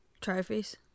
Trophies